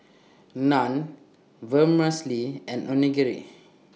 Naan Vermicelli and Onigiri